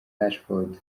rashford